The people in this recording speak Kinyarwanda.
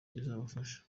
izabafasha